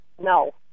No